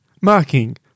Marking